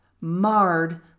marred